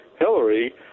Hillary